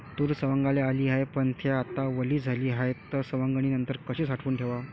तूर सवंगाले आली हाये, पन थे आता वली झाली हाये, त सवंगनीनंतर कशी साठवून ठेवाव?